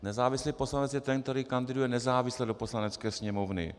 Nezávislý poslanec je ten, který kandiduje nezávisle do Poslanecké sněmovny.